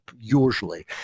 usually